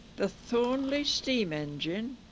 the thornley steam engine,